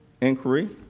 inquiry